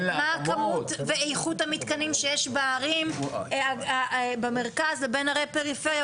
מה הכמות ואיכות המתקנים שיש בערים במרכז ובין ערי הפריפריה,